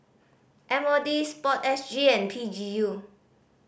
M O D Sport S G and P G U